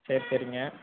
சரி சரிங்க